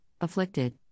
afflicted